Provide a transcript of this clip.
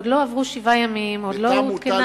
עוד לא עברו שבעה ימים, עוד לא הותקנה,